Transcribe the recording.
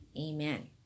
amen